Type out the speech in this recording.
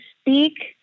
speak